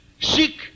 seek